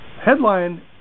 headline